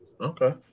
Okay